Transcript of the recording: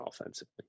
offensively